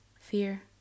fear